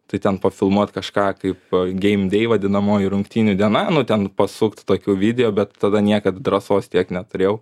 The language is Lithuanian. tai ten pafilmuot kažką kaip geim dei vadinamoji rungtynių diena nu ten pasukt tokių video bet tada niekad drąsos tiek neturėjau